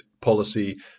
policy